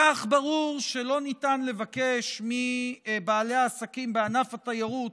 כך ברור שלא ניתן לבקש מבעלי העסקים בענף התיירות,